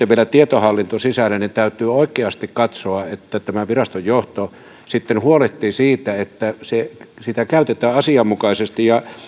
vielä tietohallinto sisälle niin täytyy oikeasti katsoa että viraston johto sitten huolehtii siitä että sitä käytetään asianmukaisesti